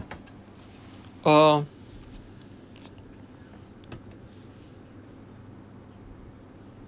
uh